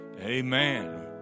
Amen